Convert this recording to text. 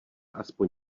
aspoň